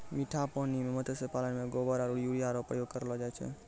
मीठा पानी मे मत्स्य पालन मे गोबर आरु यूरिया रो प्रयोग करलो जाय छै